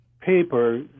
paper